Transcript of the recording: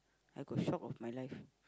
I got shock of my life